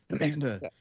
Amanda